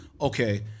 okay